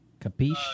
Capiche